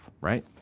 right